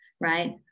right